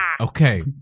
Okay